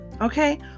okay